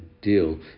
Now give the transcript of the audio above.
Deal